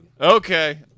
Okay